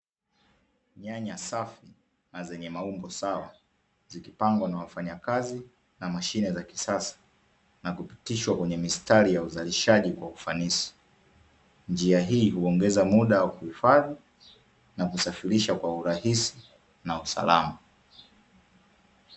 Nyanya safi na zenye maumbo sawa, zikipangwa na wafanyakazi na mashine za kisasa na kupitishwa kwenye mistari ya uzalishaji kwa ufanisi, njia hii huongeza mda wa kuhifadhi na kusafirisha kwa urahisi na usalama.